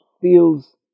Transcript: feels